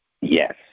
Yes